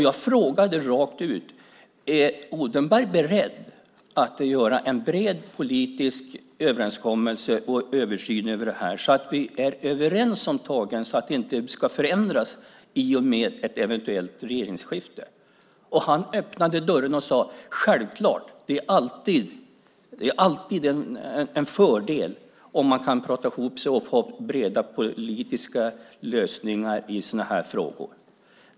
Jag frågade rakt ut: Är Odenberg beredd att göra en bred politisk överenskommelse och översyn av detta, så att vi är överens om det hela, så att det inte ska förändras i och med ett eventuellt regeringsskifte? Han öppnade dörren och sade: Självklart! Det är alltid en fördel om man kan prata ihop sig och ha breda politiska lösningar i sådana här frågor.